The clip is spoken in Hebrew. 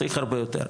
צריך הרבה יותר.